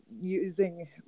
using